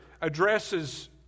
addresses